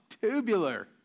tubular